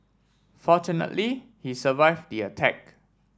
fortunately he survived the attack